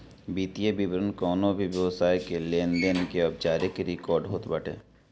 वित्तीय विवरण कवनो भी व्यवसाय के लेनदेन के औपचारिक रिकार्ड होत बाटे